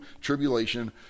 tribulation